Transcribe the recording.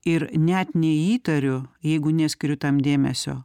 ir net neįtariu jeigu neskiriu tam dėmesio